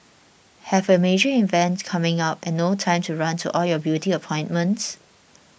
have a major event coming up and no time to run to all your beauty appointments